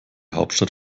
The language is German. hauptstadt